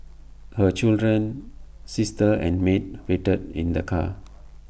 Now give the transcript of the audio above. her children sister and maid waited in the car